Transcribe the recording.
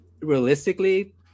realistically